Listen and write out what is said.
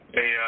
Hey